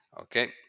Okay